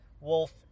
wolf